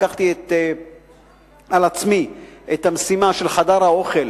לקחתי על עצמי את המשימה של חדר האוכל